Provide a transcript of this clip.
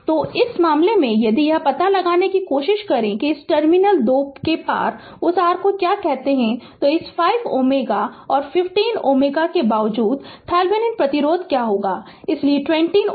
तो इस मामले में यदि यह पता लगाने की कोशिश करें कि इस 2 टर्मिनल के पार उस r को क्या कहते हैं तो इस 5 Ω और 15Ω के बावजूद थेवेनिन प्रतिरोध क्या होगा इसलिए 20 Ω